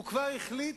הוא כבר החליט: